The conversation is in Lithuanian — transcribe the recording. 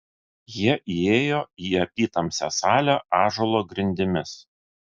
jie įėjo į apytamsę salę ąžuolo grindimis